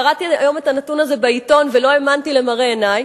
קראתי היום את הנתון הזה בעיתון ולא האמנתי למראה עיני,